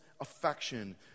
affection